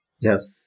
Yes